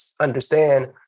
understand